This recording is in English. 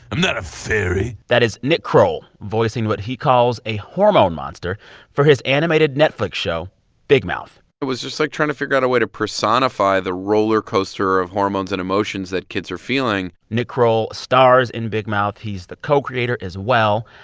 i'm not a fairy that is nick kroll voicing what he calls a hormone monster for his animated netflix show big mouth. it was just, like, trying to figure out a way to personify the roller coaster of hormones and emotions that kids are feeling nick kroll stars in big mouth. he's the co-creator as well.